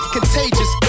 Contagious